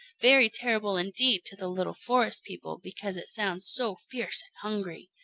very terrible indeed to the little forest people, because it sounds so fierce and hungry.